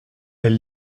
elle